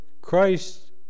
Christ